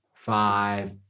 Five